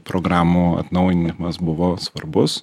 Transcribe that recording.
programų atnaujinimas buvo svarbus